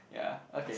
ya okay